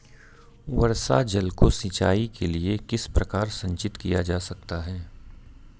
वर्षा जल को सिंचाई के लिए किस प्रकार संचित किया जा सकता है?